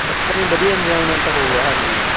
ਬੱਚਿਆਂ ਨੂੰ ਵਧੀਆ ਇੰਜੋਆਏਮੈਂਟ ਹੋਊਗਾ ਹਾਂਜੀ